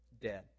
dead